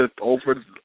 over